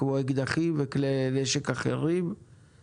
כמו אקדחים וכלי נשק אחרים,